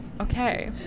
okay